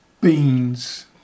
Beans